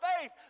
faith